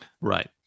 Right